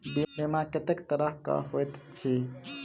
बीमा कत्तेक तरह कऽ होइत छी?